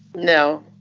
no.